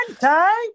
time